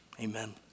amen